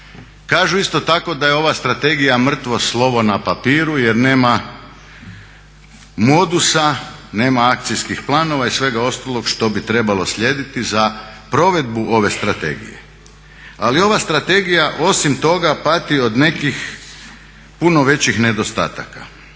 Kažu isto tako da je ova strategija mrtvo slovo na papiru jer nema modusa, nema akcijskih planova i svega ostalog što bi trebalo slijediti za provedbu ove strategije. Ali ova strategija osim toga pati od nekih puno većih nedostataka.